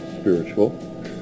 spiritual